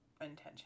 intention